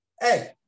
Hey